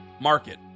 Market